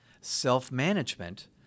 self-management